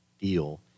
deal